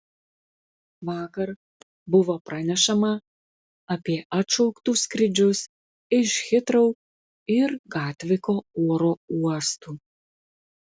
vakar buvo pranešama apie atšauktus skrydžius iš hitrou ir gatviko oro uostų